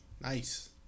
nice